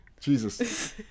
jesus